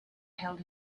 held